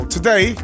Today